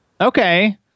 Okay